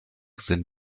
sind